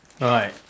Right